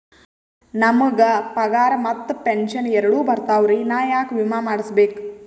ನಮ್ ಗ ಪಗಾರ ಮತ್ತ ಪೆಂಶನ್ ಎರಡೂ ಬರ್ತಾವರಿ, ನಾ ಯಾಕ ವಿಮಾ ಮಾಡಸ್ಬೇಕ?